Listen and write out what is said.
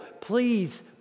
Please